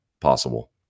possible